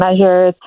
measures